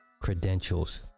credentials